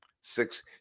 Six